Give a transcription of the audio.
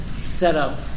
setup